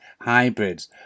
hybrids